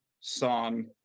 song